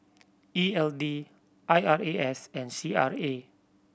E L D I R A S and C R A